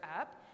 up